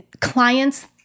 clients